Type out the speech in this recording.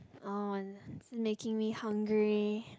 oh and this is making me hungry